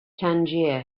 tangier